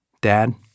Dad